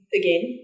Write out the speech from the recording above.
again